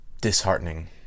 disheartening